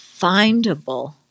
findable